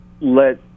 let